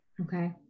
okay